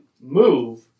move